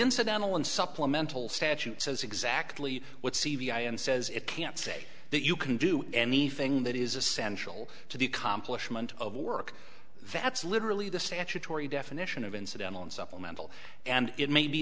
incidental and supplemental statute says exactly what c b i and says it can't say that you can do anything that is essential to the accomplishment of work that's literally the statutory definition of incidental and supplemental and it may be